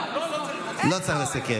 עולה, אנחנו לא נוותר על הנאום של חבר הכנסת.